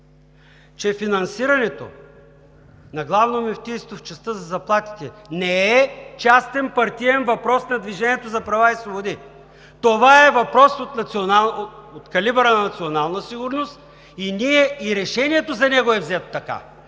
че финансирането на Главно мюфтийство в частта за заплатите не е частен партиен въпрос на „Движението за права и свободи“. Това е въпрос от калибъра на националната сигурност и решението за него е взето така.